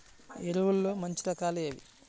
ఎరువుల్లో మంచి రకాలు ఏవి?